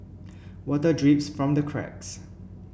water drips from the cracks